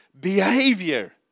behavior